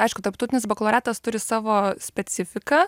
aišku tarptautinis bakalaureatas turi savo specifiką